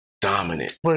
dominant